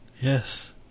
Yes